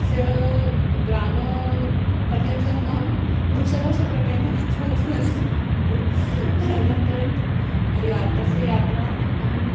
तस्य ग्रामपर्यन्तम् अहं वृषभशकटेन गतवती आसीत् अनन्तरं तु वया तस्य यात्रा अहं